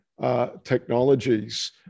technologies